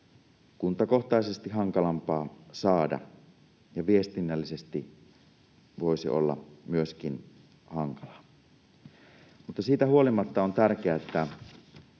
kuntakohtaisesti hankalampaa saada, ja myöskin viestinnällisesti se voisi olla hankalaa. Mutta siitä huolimatta on tärkeää, että